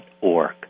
org